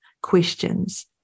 questions